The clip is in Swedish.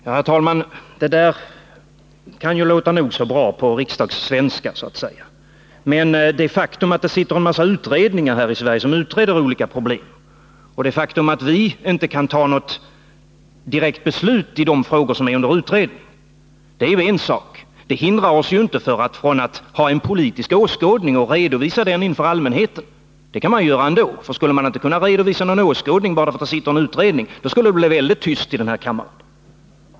Herr talman! Det där kan låta nog så bra på riksdagssvenska. Men det faktum att det finns en massa utredningar här i Sverige som utreder olika problem och att vi inte kan fatta något direkt beslut i de frågor som är under utredning är en sak. Det hindrar oss inte från att ha en politisk åskådning och redovisa den inför allmänheten. Det kan man göra ändå. Skulle vi inte kunna redovisa någon åskådning bara därför att en utredning arbetar med en fråga, då skulle det bli mycket tyst i den här kammaren.